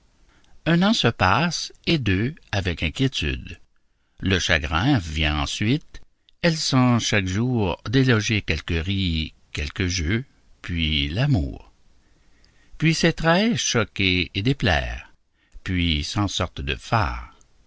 un an se passe et deux avec inquiétude le chagrin vient ensuite elle sent chaque jour déloger quelques ris quelques jeux puis l'amour puis ses traits choquer et déplaire puis cent sortes de